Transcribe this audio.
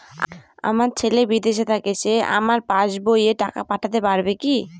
আমার ছেলে বিদেশে থাকে সে আমার পাসবই এ টাকা পাঠাতে পারবে কি?